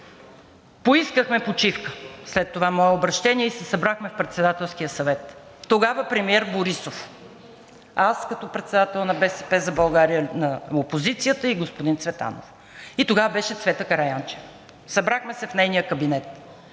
Поискахме почивка след това мое обръщение и се събрахме на Председателски съвет. Тогава премиер беше Борисов, а аз като председател на „БСП за България“, на опозицията, господин Цветанов и тогава беше Цвета Караянчева. Събрахме се в нейния кабинет.